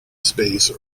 space